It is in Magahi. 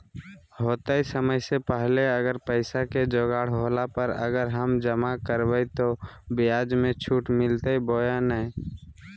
होतय समय से पहले अगर पैसा के जोगाड़ होला पर, अगर हम जमा करबय तो, ब्याज मे छुट मिलते बोया नय?